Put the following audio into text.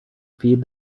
feed